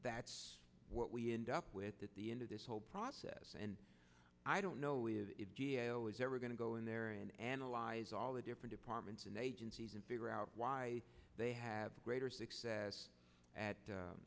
that's what we end up with at the end of this whole process and i don't know if he's ever going to go in there and analyze all the different departments and agencies and figure out why they have greater success at